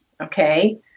Okay